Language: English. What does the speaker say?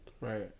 Right